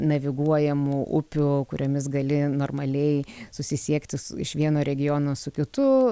naviguojamų upių kuriomis gali normaliai susisiekti iš vieno regiono su kitu